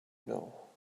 know